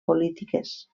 polítiques